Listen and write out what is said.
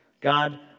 God